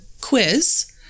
quiz